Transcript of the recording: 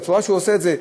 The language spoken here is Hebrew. בצורה שהוא עושה את זה,